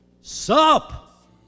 Sup